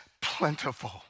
plentiful